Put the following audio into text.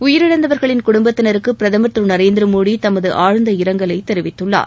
உயிரிழந்தவர்களின் குடும்பத்தினருக்கு பிரதமர் திரு நரேந்திர மோடி தமது ஆழ்ந்த இரங்கலை தெரிவித்துள்ளார்